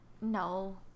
No